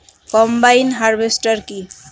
Combine harvester কি?